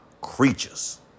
creatures